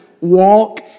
walk